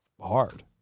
hard